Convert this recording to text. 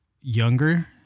younger